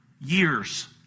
Years